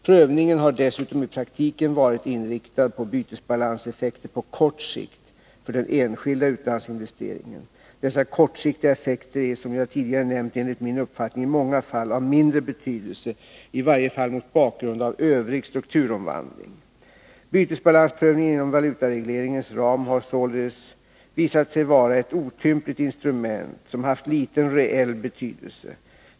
Prövningen har dessutom i praktiken varit inriktad på bytesbalanseffekter på kort sikt för den enskilda utlandsinvesteringen. Dessa kortsiktiga effekter är som jag tidigare nämnt enligt min uppfattning i många fall av mindre betydelse, i varje fall mot bakgrund av övrig strukturomvandling. Bytesbalansprövningen inom valutaregleringens ram har således visat sig vara ett otympligt instrument, som haft liten reell betydelse.